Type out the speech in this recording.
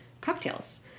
cocktails